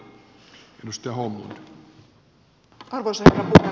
arvoisa herra puhemies